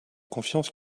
confiance